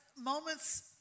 moments